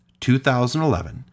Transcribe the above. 2011